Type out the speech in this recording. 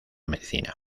medicina